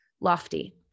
lofty